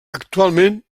actualment